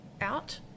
out